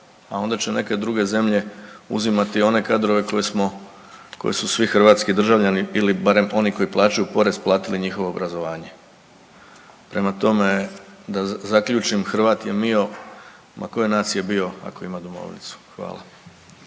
a onda će neke druge zemlje uzimati one kadrove koje smo, koje su svi hrvatski državljani ili barem oni koji plaćaju porez platili njihovo obrazovanje. Prema tome da zaključim, Hrvat je mio ma koje nacije bio ako ima domovnicu. Hvala.